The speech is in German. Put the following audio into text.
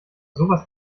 sowas